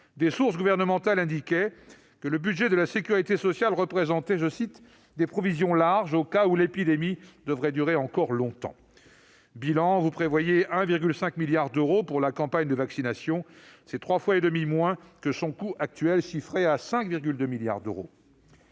Des sources gouvernementales indiquaient que le budget de la sécurité sociale présentait « des provisions larges au cas où l'épidémie devrait durer encore longtemps ». Bilan : vous prévoyez 1,5 milliard d'euros pour la campagne de vaccination, soit 3,5 fois moins que son coût actuel chiffré à 5,2 milliards d'euros.